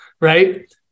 Right